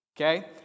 Okay